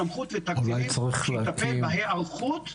סמכות ותפקידים שיטפל בהיערכות,